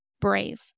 brave